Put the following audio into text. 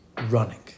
running